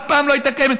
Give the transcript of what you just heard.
אף פעם לא הייתה קיימת,